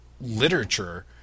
literature